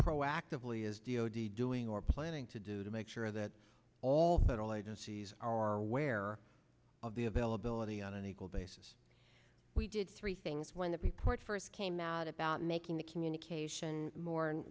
proactively is d o d doing or planning to do to make sure that all federal agencies are aware of the availability on an equal basis we did three things when the report first came out about making the communication more